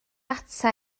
ata